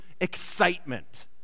excitement